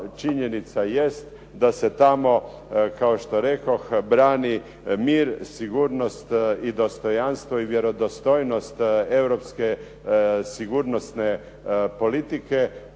činjenica jest da se tamo kao što rekoh, brani mir, sigurnost i dostojanstvo i vjerodostojnost europske sigurnosne politike